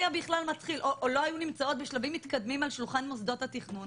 או לא היו נמצאות בשלבים מתקדמים על שולחן מוסדות התכנון,